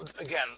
again